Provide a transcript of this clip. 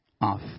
off